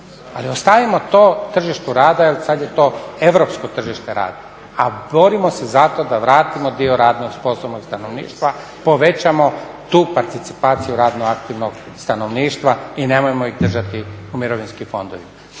ali ostavimo to tržištu rada jel sada je to europsko tržište rada, a borimo se zato da vratimo dio radno sposobnog stanovništva i povećamo tu participaciju radno aktivnog stanovništva i nemojmo ih držati u mirovinskim fondovima.